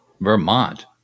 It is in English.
Vermont